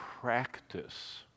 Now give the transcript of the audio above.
practice